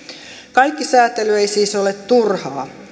kaikki säätely ei siis ole turhaa